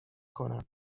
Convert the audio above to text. کنم